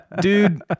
dude